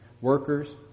workers